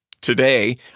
today